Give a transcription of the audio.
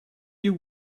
you